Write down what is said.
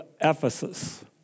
Ephesus